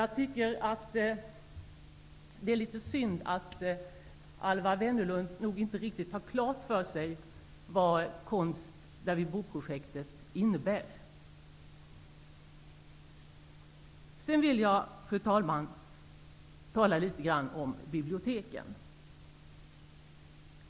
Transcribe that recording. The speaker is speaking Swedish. Jag tycker att det är litet synd att Alwa Wennerlund inte riktigt har klart för sig vad konst-där-vi-bor-projektet innebär. Fru talman! Jag vill också tala litet grand om biblioteken.